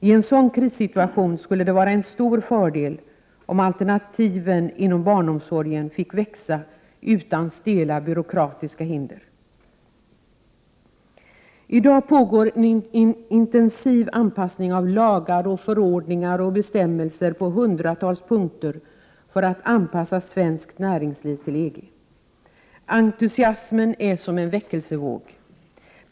I en sådan krissituation skulle det vara en stor fördel om alternativen inom barnomsorgen fick växa utan stela byråkratiska hinder. I dag pågår en intensiv anpassning av lagar, förordningar och bestämmelser på hundratals punkter för att anpassa svenskt näringsliv till EG. Entusiasmen är som en väckelsevåg.